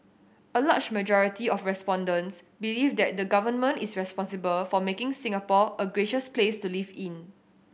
a large majority of respondents believe that the Government is responsible for making Singapore a gracious place to live in